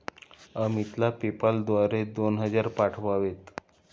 अमितला पेपाल द्वारे दोन हजार पाठवावेत